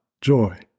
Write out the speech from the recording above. joy